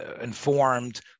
informed